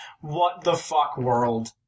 what-the-fuck-world